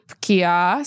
kiosk